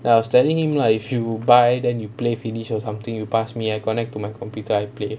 I was telling him lah if you buy then you play finish or something you passed me I connect to my computer I play